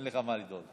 אין לך מה לדאוג.